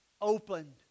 opened